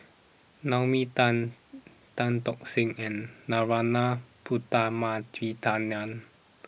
Naomi Tan Tan Tock San and Narana Putumaippittan